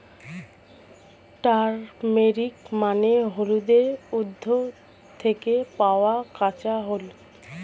turmeric মানে হলুদের উদ্ভিদ থেকে পাওয়া কাঁচা হলুদ